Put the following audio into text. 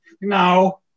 No